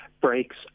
breaks